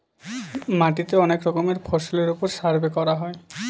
মাটিতে অনেক রকমের ফসলের ওপর সার্ভে করা হয়